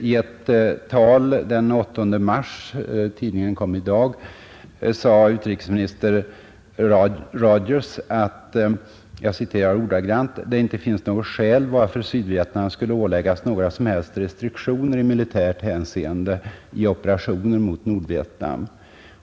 I ett tal den 8 mars, som refereras i International Herald Tribune den 9 mars — tidningen kom i dag — sade utrikesminister Rogers enligt referatet att ”det inte finns något skäl varför Sydvietnam skulle åläggas några som helst restriktioner i militärt hänseende” i operationer mot Nordvietnam.